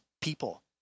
people